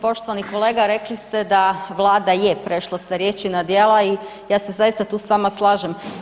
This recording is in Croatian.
Poštovani kolega rekli ste da je Vlada prešla sa riječi na djela i ja se zaista tu s vama slažem.